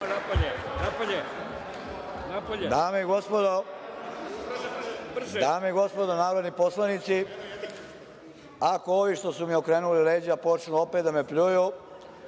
Dame i gospodo narodni poslanici, ako ovi što su mi okrenuli leđa počnu opet da me pljuju,